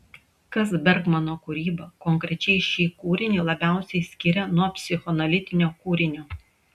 kas bergmano kūrybą konkrečiai šį kūrinį labiausiai skiria nuo psichoanalitinio kūrinio